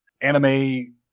anime